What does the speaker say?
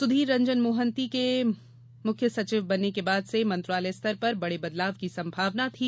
सुधीर रंजन मोहंती के मुख्य सचिव बनने के बाद से मंत्रालय स्तर पर बड़े बदलाव की संभावना थी